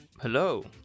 Hello